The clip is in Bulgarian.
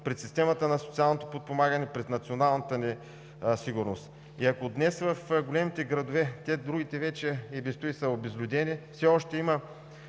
пред системата на социалното подпомагане, пред националната ни сигурност. И ако днес в големите градове – другите вече и без това са обезлюдени, все още